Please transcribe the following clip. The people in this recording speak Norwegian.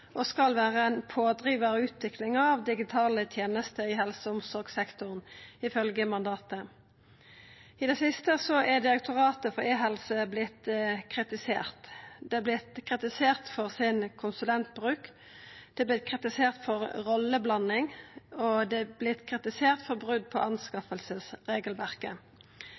og skal vera ein pådrivar i utviklinga av digitale tenester i helse- og omsorgssektoren, ifølgje mandatet. I det siste har Direktoratet for e-helse vorte kritisert. Det har vorte kritisert for konsulentbruken sin, det har vorte kritisert for rolleblanding, og det har vorte kritisert for brot på